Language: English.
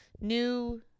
new